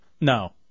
No